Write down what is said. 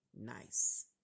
nice